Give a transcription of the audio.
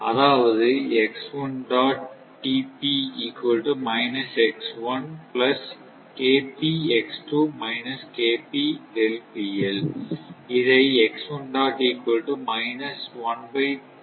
அதாவது